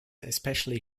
especially